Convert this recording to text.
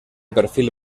perfil